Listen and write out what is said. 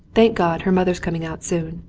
thank god, her mother's coming out soon.